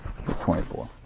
24